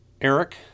Eric